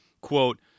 Quote